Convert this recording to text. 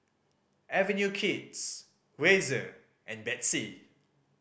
Avenue Kids Razer and Betsy